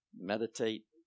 meditate